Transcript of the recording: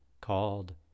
called